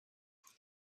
wird